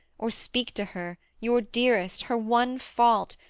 or speak to her, your dearest, her one fault,